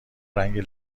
رنگ